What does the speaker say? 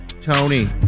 Tony